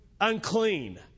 Unclean